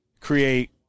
create